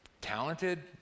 talented